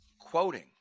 quoting